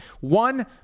One